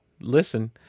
listen